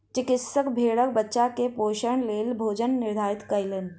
चिकित्सक भेड़क बच्चा के पोषणक लेल भोजन निर्धारित कयलैन